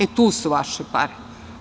E, tu su vaše pare.